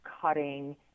cutting